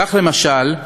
כך, למשל,